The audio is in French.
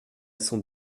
son